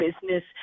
business